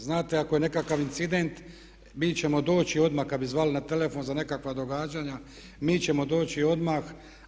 Znate ako je nekakav incident mi ćemo doći odmah, kad bi zvali na telefon za nekakva događanja, mi ćemo doći odmah.